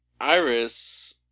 Iris